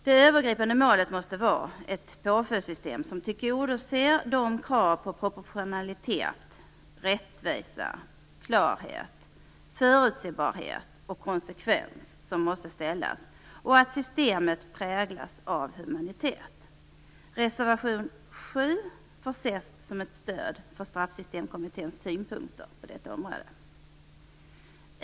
Det övergripande målet måste vara ett påföljdssystem som tillgodoser de krav på proportionalitet, rättvisa, klarhet, förutsebarhet och konsekvens som måste ställas och att systemet präglas av humanitet. Reservation 7 får ses som ett stöd för Straffsystemkommitténs synpunkter på detta område.